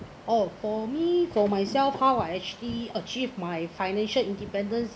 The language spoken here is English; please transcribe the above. oh for me for myself how I actually achieve my financial independence